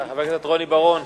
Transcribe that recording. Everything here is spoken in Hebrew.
סליחה, חבר הכנסת רוני בר-און,